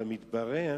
אבל מתברר